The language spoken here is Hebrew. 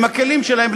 עם הכלים שלהם,